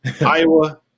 Iowa